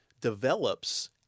develops